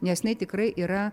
nes jinai tikrai yra